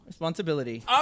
Responsibility